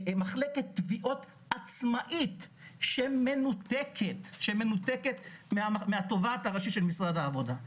מחלקת תביעות עצמאית שמנותקת מהתובעת הראשית של משרד העבודה.